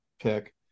pick